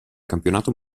campionato